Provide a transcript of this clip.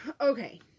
Okay